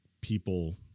people